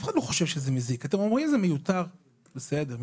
אתם אומרים שזה מיותר, בסדר.